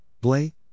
Blay